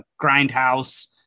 Grindhouse